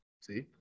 See